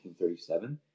1937